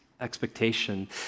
expectation